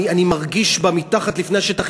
אני מרגיש בה מתחת לפני השטח,